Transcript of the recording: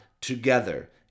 together